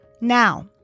Now